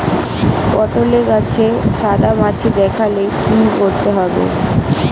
পটলে গাছে সাদা মাছি দেখালে কি করতে হবে?